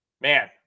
man